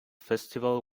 festival